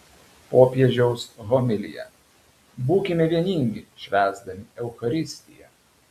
popiežiaus homilija būkime vieningi švęsdami eucharistiją